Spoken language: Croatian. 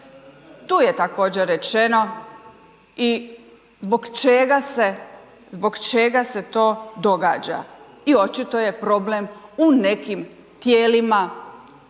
Tu je također rečeno i zbog čega se to događa i očito je problem u nekim tijelima